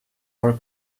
are